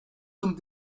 zum